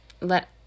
let